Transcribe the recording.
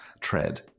tread